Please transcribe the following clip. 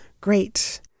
great